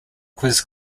quiz